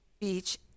beach